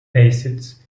acids